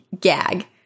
gag